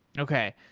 okay.